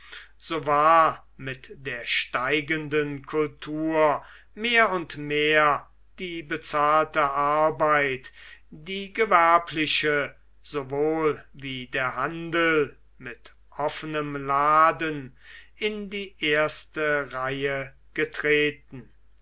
so war mit der steigenden kultur mehr und mehr die bezahlte arbeit die gewerbliche sowohl wie der handel mit offenem laden in die erste reihe getreten